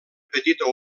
petita